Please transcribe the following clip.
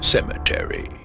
Cemetery